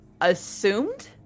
assumed